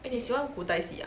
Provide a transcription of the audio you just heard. eh 你喜欢古代戏 ah